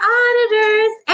auditors